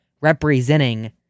representing